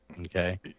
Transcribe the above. Okay